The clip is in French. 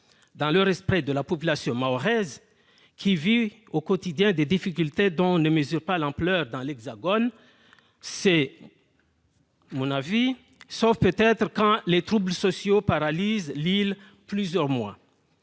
dans le respect de la population mahoraise, qui vit au quotidien des difficultés dont on ne mesure pas l'ampleur dans l'Hexagone, sauf peut-être quand les troubles sociaux paralysent l'île plusieurs mois.